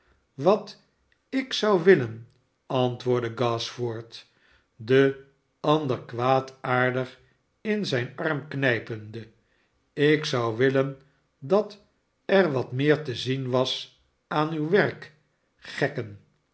wat ik zouwillen antwoordde gashford den ander kwaadaardig in zijn arm knijpende ik zou willen dat er wat meer te zien was aanuwwerk gekken